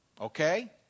Okay